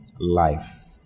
life